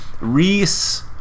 Reese